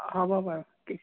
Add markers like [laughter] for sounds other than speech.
হ'ব বাৰু ঠিক [unintelligible]